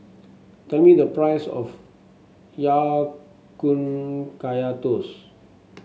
tell me the price of Ya Kun Kaya Toast